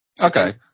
Okay